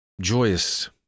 joyous